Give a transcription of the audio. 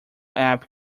app